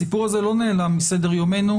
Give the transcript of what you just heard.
הסיפור הזה לא נעלם מסדר יומנו.